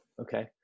Okay